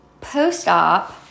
Post-op